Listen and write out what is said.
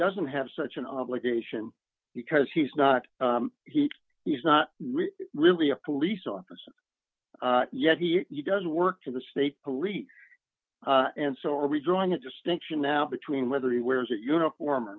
doesn't have such an obligation because he's not he is not really a police officer yes he does work to the state police and so are we drawing a distinction now between whether he wears a uniform